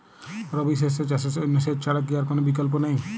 রবি শস্য চাষের জন্য সেচ ছাড়া কি আর কোন বিকল্প নেই?